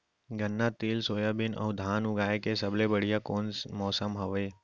गन्ना, तिल, सोयाबीन अऊ धान उगाए के सबले बढ़िया कोन मौसम हवये?